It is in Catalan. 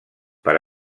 per